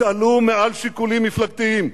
התעלו על שיקולים מפלגתיים,